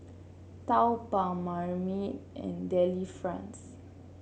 Taobao Marmite and Delifrance